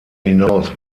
hinaus